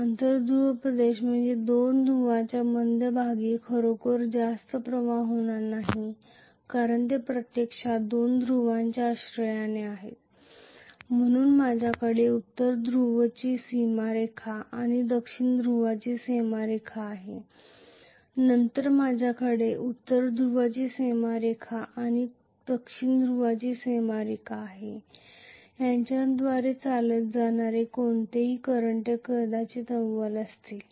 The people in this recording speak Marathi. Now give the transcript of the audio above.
आंतर ध्रुव प्रदेश म्हणजे दोन ध्रुवांच्या मध्यभागी खरोखर जास्त प्रवाह होणार नाही कारण ते प्रत्यक्षात दोन ध्रुव्यांच्या आश्रयाने आहेत म्हणून माझ्याकडे उत्तर ध्रुवाची सीमा रेखा आणि दक्षिण ध्रुवाची सीमा रेखा आहे नंतर माझ्याकडे उत्तर ध्रुवाची सीमा रेखा आणि दक्षिण ध्रुवाच्या सीमा रेखा आहे त्यांच्याद्वारे चालत जाणारे कोणतेही करंट कदाचित अव्वल असतील